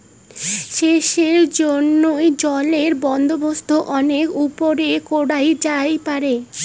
সেচের জইন্যে জলের বন্দোবস্ত অনেক উপায়ে করাং যাইপারে